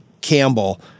Campbell